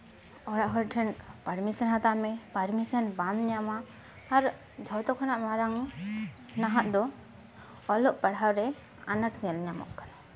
ᱚᱲᱟᱜ ᱦᱚᱲ ᱴᱷᱮᱱ ᱯᱟᱨᱢᱤᱥᱮᱱ ᱦᱟᱛᱟᱣ ᱢᱮ ᱯᱟᱨᱢᱤᱥᱮᱱ ᱵᱟᱢ ᱧᱟᱢᱟ ᱟᱨ ᱡᱷᱚᱛᱚ ᱠᱷᱚᱱᱟᱜ ᱢᱟᱨᱟᱝ ᱱᱟᱦᱟᱜ ᱫᱚ ᱚᱞᱚᱜ ᱯᱟᱲᱦᱟᱣ ᱨᱮ ᱟᱱᱟᱴ ᱧᱮᱞ ᱧᱟᱢᱚᱜ ᱠᱟᱱᱟ